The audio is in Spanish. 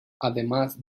además